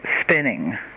spinning